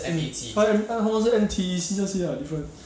mm 他 M 他们是 M_T_E_C 那些 [what] different